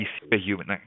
superhuman